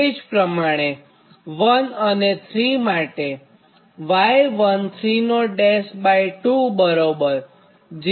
તે જ પ્રમાણે 1 અને 3 માટે y132 બરાબર j 0